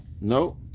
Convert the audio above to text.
no